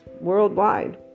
worldwide